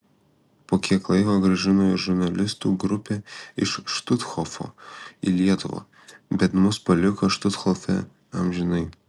po kiek laiko grąžino ir žurnalistų grupę iš štuthofo į lietuvą bet mus paliko štuthofe amžinai